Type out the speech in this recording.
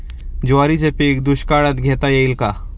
ज्वारीचे पीक दुष्काळात घेता येईल का?